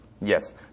yes